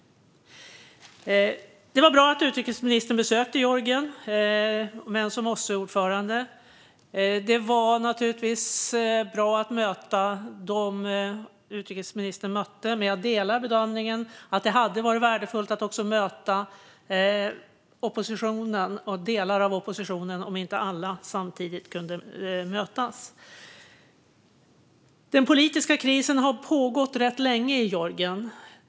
Det är bra att utrikesministern besökt Georgien som OSSE-ordförande. Det var bra att utrikesministern fick tillfälle att träffa dem hon mötte, men jag delar bedömningen att det hade varit värdefullt att också möta oppositionen - eller delar av oppositionen om inte alla kunde mötas samtidigt. Den politiska krisen har pågått rätt länge i Georgien.